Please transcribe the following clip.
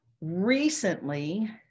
recently